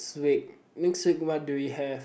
week next week what do we have